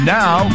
now